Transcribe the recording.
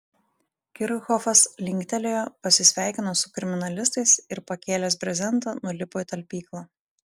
kirchhofas linktelėjo pasisveikino su kriminalistais ir pakėlęs brezentą nulipo į talpyklą